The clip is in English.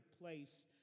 place